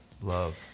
love